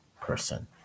person